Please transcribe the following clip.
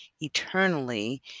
eternally